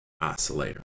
oscillator